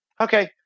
Okay